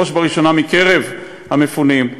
בראש ובראשונה מקרב המפונים,